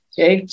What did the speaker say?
Okay